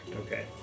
Okay